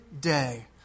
day